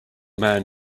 man